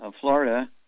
Florida